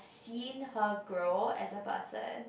seen her grow as a person